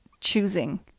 choosing